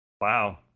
Wow